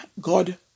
God